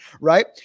right